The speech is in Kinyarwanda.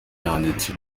yanditse